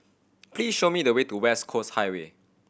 please show me the way to West Coast Highway